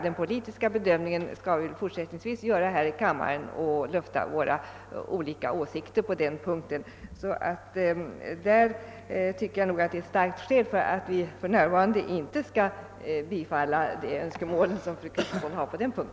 Den politiska bedömningen skall däremot även i fortsättningen ske här i riksdagen. Det är här vi skall lufta våra olika åsikter. Därför tycker jag det finns skäl för att inte nu biträda fru Kristenssons önskemål på denna punkt.